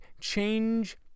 change